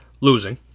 losing